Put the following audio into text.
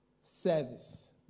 service